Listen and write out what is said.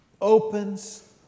opens